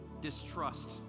distrust